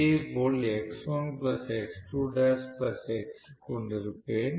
அதேபோல் நான் கொண்டிருப்பேன்